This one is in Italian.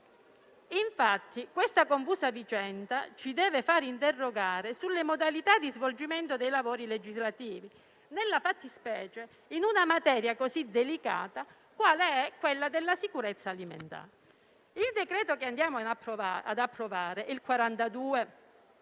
Infatti, questa confusa vicenda ci deve interrogare sulle modalità di svolgimento dei lavori legislativi, nella fattispecie in una materia così delicata quale è quella della sicurezza alimentare. Il decreto-legge che ci apprestiamo